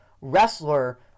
wrestler